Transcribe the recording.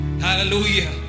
Hallelujah